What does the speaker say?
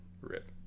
Rip